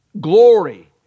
glory